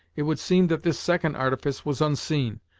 it would seem that this second artifice was unseen,